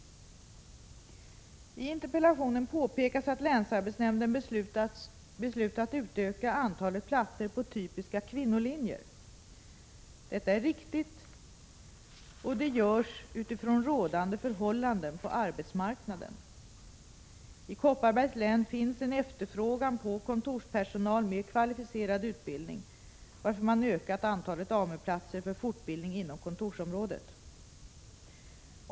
I interpellationen påpekas att länsarbetsnämnden beslutat utöka antalet platser på typiska kvinnolinjer. Detta är riktigt, och det görs utifrån rådande förhållanden på arbetsmarknaden. I Kopparbergs län finns en efterfrågan på kontorspersonal med kvalificerad utbildning, varför man ökat antalet AMU-platser för fortbildning inom kontorsområdet.